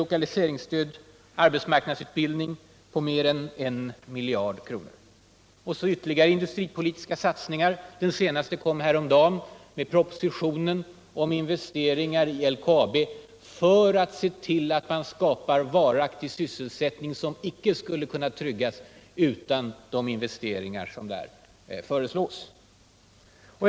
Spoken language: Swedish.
lokaliseringsstöd och arbetsmarknadsutbildning för mer än 1 miljard kronor. Det har också gjorts industripolitiska satsningar. Den senaste kom häromdagen genom propositionen om investeringar i LKAB för att skapa varaktig sysselsättning som icke skulle kunna tryggas utan de töreslagna investeringarna.